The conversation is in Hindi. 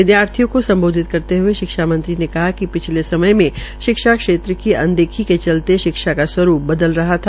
विदयार्थियों को सम्बोधित करते हये शिक्षा मंत्री ने कहा कि पिछले सयम में शिक्षा की अनदेखी के चलते शिक्षा का स्वरूप बदल रहा था